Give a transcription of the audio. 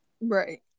Right